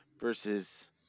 versus